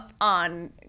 on